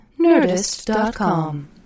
Nerdist.com